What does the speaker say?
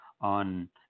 on